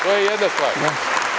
To je jedna stvar.